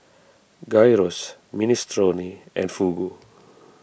Gyros Minestrone and Fugu